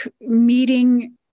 meeting